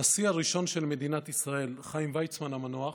הנשיא הראשון של מדינת ישראל, חיים ויצמן המנוח,